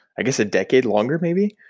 i guess, a decade, longer maybe.